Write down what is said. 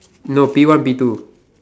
no P one P two